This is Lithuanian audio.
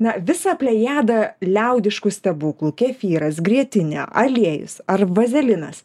na visą plejadą liaudiškų stebuklų kefyras grietinė aliejus ar vazelinas